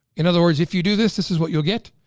in other words, if you do this, this is what you'll get.